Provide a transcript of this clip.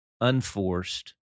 unforced